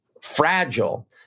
fragile